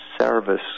service